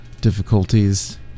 Difficulties